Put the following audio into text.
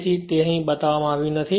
તેથી તે અહીં બતાવવામાં આવ્યું નથી